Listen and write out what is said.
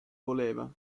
voleva